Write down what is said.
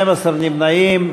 12 נמנעים.